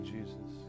Jesus